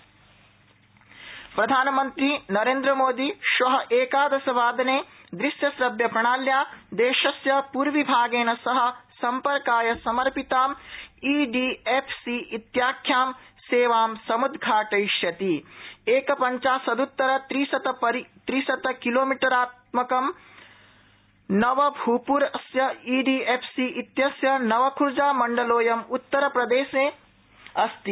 PM EDFC प्रधानमन्त्री नरेन्द्रमोदी श्व एकादशवादने दृश्य श्रव्यप्रणाल्या देशस्य पूर्वीभागेन सह सम्पर्काय समर्पितां ईडीएफसी इत्याख्या सेवां समुद्वाटयिष्यति एक पञ्चाशद्तर त्रिशतकिलोमीटरात्मकं नवभूप्रस्य ईडीएफसी इत्यस्य नव खूर्जाखण्डोऽयम् उत्तरप्रदेशे अस्ति